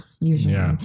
usually